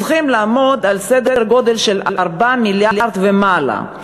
צריכים לעמוד על סדר-גודל של 4 מיליארד ומעלה.